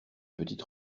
petite